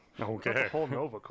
Okay